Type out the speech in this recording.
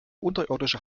unterirdische